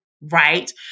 right